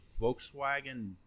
Volkswagen